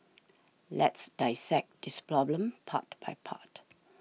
let's dissect this problem part by part